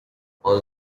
all